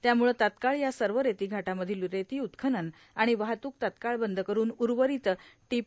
त्यामुळं तात्काळ या सव रेतीघाटा मधील रेती उत्खनन आणि वाहतूक तात्काळ बंद करून उर्वारत र्यांट